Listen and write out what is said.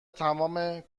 تمام